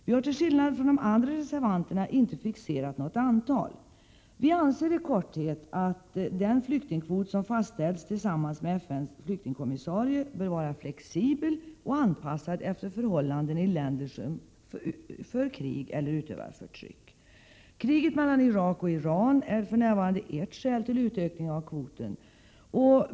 Vi har till skillnad från de andra reservanterna inte fixerat något antal. Vi anser i korthet att den flyktingkvot som fastställs tillsammans med FN:s flyktingkommissarie bör vara flexibel och anpassad efter förhållandena i länder som för krig eller utövar förtryck. Kriget mellan Irak och Iran är för närvarande ett skäl till utökning av kvoten.